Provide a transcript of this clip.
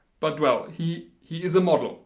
but well he he is a model